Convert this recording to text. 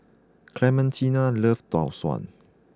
Clementina loves Tau Suan